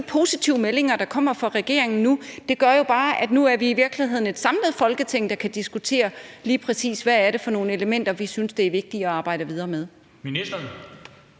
positive meldinger, der nu kommer fra regeringen, gør jo bare, at vi nu i virkeligheden er et samlet Folketing, der kan diskutere lige præcis, hvad det er for nogle elementer, som vi synes det er vigtigt at arbejde videre med.